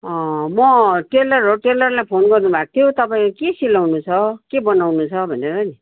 म टेलर हो टेलरलाई फोन गर्नुभएको थियो तपाईँ के सिलाउनु छ के बनाउनु छ भनेर नि